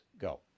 Go